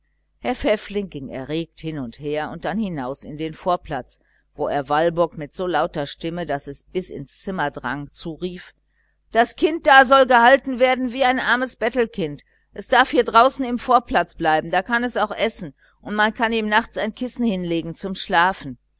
herr pfäffling ging erregt hin und her und dann hinaus in den vorplatz wo er walburg mit so lauter stimme daß es bis ins zimmer drang zurief das kind da soll gehalten werden wie ein armes bettelkind es darf hier außen im vorplatz bleiben es kann da auch essen und man kann ihm nachts ein kissen hinlegen zum schlafen